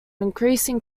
increasing